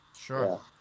Sure